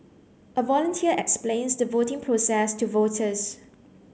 a volunteer explains the voting process to voters